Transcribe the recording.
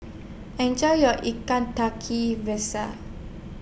Enjoy your Ikan Tiga Rasa